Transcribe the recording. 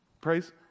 Praise